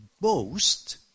boast